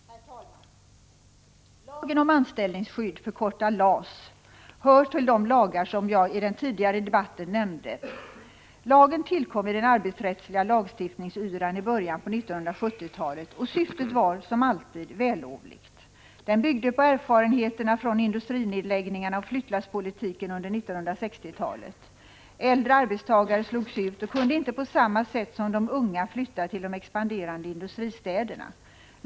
Herr talman! Lagen om anställningsskydd, förkortad LAS, hör till de lagar som jag inledningsvis nämnde i den förra debatten. Lagen tillkom i den arbetsrättsliga lagstiftningsyran i början av 1970-talet och syftet var, som alltid, vällovligt. Den byggde på erfarenheterna från industrinedläggningarna och flyttlasspolitiken under 1960-talet. Äldre arbetstagare slogs ut och kunde inte på samma sätt som de unga flytta till de expanderande industristäderna.